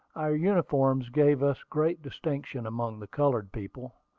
our uniforms gave us great distinction among the colored people.